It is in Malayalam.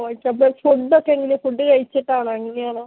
ഓ അപ്പോൾ ഫുഡൊക്കെ എങ്ങനെ ഫുഡ് കഴിച്ചിട്ടാണോ എങ്ങനെയാണ്